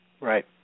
Right